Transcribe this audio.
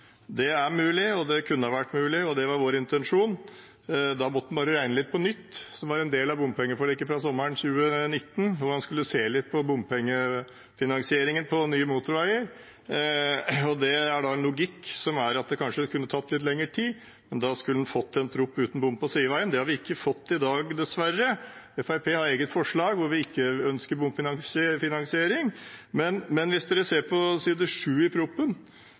Det er mulig og det kunne ha vært mulig, og det var vår intensjon. Da måtte en bare regnet litt på nytt, noe som var en del av bompengeforliket fra sommeren 2019, da en skulle se litt på bompengefinansieringen på nye motorveier. Det er da en logikk som gjør at det kunne tatt litt lengre tid, men da skulle en fått en proposisjon uten bom på sideveiene. Det har vi ikke fått i dag, dessverre. Fremskrittspartiet har et eget forslag, hvor vi ikke ønsker bomfinansiering, men hvis dere ser på side 7 i